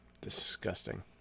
disgusting